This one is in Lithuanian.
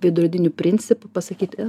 veidrodiniu principu pasakyt